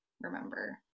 remember